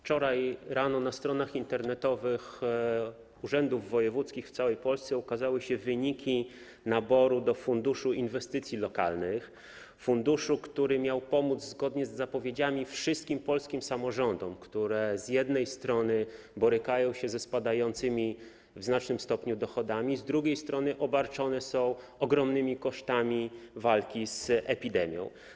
Wczoraj rano na stronach internetowych urzędów wojewódzkich w całej Polsce ukazały się wyniki naboru do Rządowego Funduszu Inwestycji Lokalnych, funduszu, który miał pomóc, zgodnie z zapowiedziami, wszystkim polskim samorządom, które z jednej strony borykają się ze spadającymi w znacznym stopniu dochodami, a z drugiej strony obarczone są ogromnymi kosztami walki z epidemią.